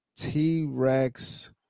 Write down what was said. T-Rex